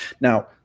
Now